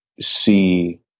see